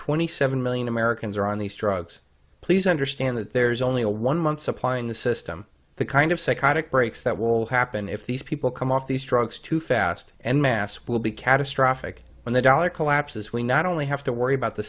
twenty seven million americans are on these drugs please understand that there's only a one month supply in the system the kind of psychotic breaks that will happen if these people come off these drugs too fast and mass will be catastrophic when the dollar collapses we not only have to worry about the